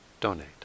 donate